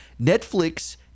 Netflix